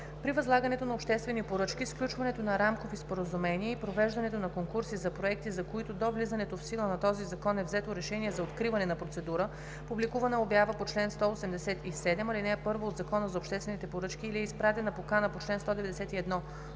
При възлагането на обществени поръчки, сключването на рамкови споразумения и провеждането на конкурси за проекти, за които до влизането в сила на този закон е взето решение за откриване на процедура, публикувана е обява по чл. 187, ал. 1 от Закона за обществените поръчки или е изпратена покана по чл. 191